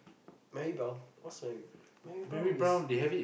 Mary-Brown what's Mary Mary-Brown is